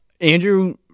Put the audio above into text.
Andrew